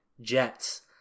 Jets